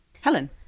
Helen